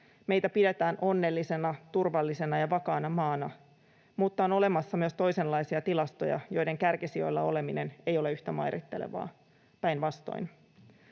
meitä pidetään onnellisena, turvallisena ja vakaana maana, mutta on olemassa myös toisenlaisia tilastoja, joiden kärkisijoilla oleminen ei ole yhtä mairittelevaa, päinvastoin.